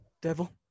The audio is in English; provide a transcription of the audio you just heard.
Devil